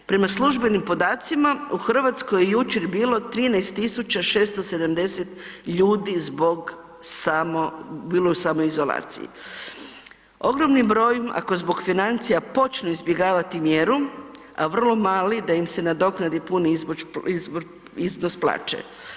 Prema službenim podacima u Hrvatskoj je jučer bilo 13.670 ljudi u samoizolaciji, ogromni broj ako zbog financija počnu izbjegavati mjeru, a vrlo mali da im se nadoknadi puni iznos plaće.